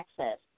access